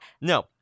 No